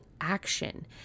action